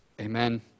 amen